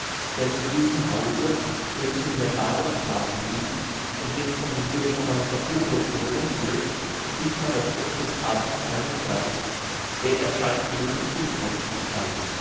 denn in diesem hause welches in der baaderstraße liegt und jetzt von dem bürgermeister billroth bewohnt wird sieht man noch oft des abends seinen geist er erscheint gewöhnlich mit